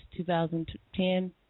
2010